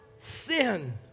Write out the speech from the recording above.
sin